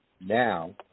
Now